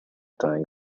tying